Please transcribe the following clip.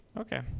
okay